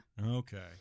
Okay